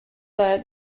there